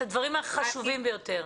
את הדברים החשובים ביותר.